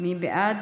מי בעד?